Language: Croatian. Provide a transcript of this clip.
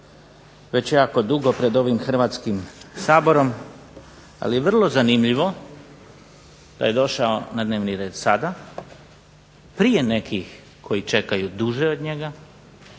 već jako dugo pred ovim Hrvatskim saborom, ali je vrlo zanimljivo da je došao na dnevni red sada prije nekih koji čekaju duže od njega